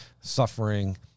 suffering